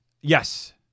Yes